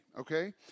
okay